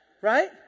right